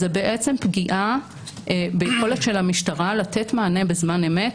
זו בעצם פגיעה ביכולת של המשטרה לתת מענה בזמן אמת